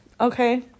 okay